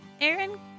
Aaron